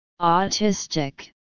autistic